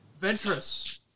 Ventress